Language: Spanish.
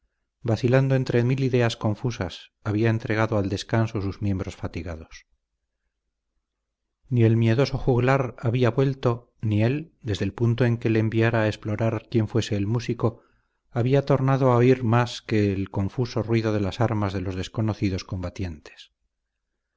vacilando entre mil ideas confusas había entregado al descanso sus miembros fatigados ni el miedoso juglar había vuelto ni él desde el punto en que le enviara a explorar quién fuese el músico había tornado a oír más que el confuso ruido de las armas de los desconocidos combatientes